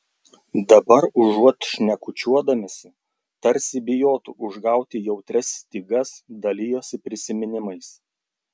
dabar užuot šnekučiuodamiesi tarsi bijotų užgauti jautrias stygas dalijosi prisiminimais